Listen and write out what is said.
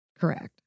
Correct